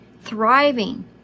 thriving